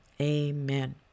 Amen